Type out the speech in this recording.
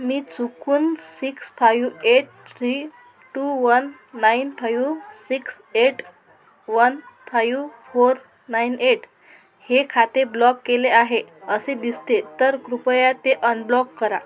मी चुकून six five eight three two one nine five six eight one five four nine eight हे खाते block केले आहे असे दिसते तर कृपया ते अनब्लॉक करा